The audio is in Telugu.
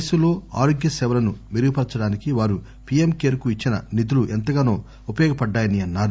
దేశంలో ఆరోగ్యసేవలను మెరుగుపరచడానికి వారు పిఎం కేర్ కు ఇచ్చిన నిధులు ఎంతగానో ఉపయోగపడ్డాయని ఆయన అన్నారు